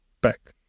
back